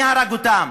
מי הרג אותם?